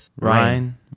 Ryan